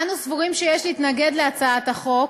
אנו סבורים שיש להתנגד להצעת החוק,